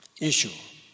issue